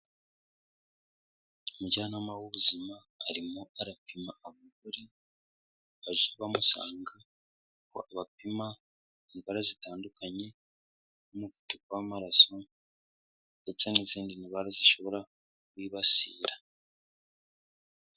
Umujyanama w'ubuzima, arimo arapima abagore baje bamusanga ko abapima indwara zitandukanye n'umuvuduko w'amaraso ndetse n'izindi ndwara zishobora kubibasira.